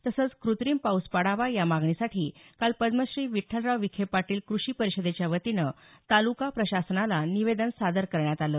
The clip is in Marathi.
तसंच कृत्रिम पाऊस पाडावा या मागणीसाठी काल पद्मश्री विठ्ठलराव विखे पाटील कृषी परिषदेच्यावतीन ताल्का प्रशासनाला निवेदन सादर करण्यात आल